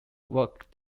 work